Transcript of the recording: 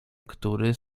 który